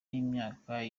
y’imyaka